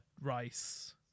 Rice